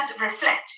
reflect